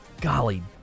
Golly